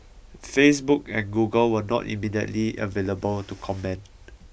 Facebook and Google were not immediately available to comment